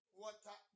water